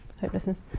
hopelessness